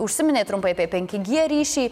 užsiminei trumpai apie penki g ryšį